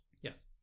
Yes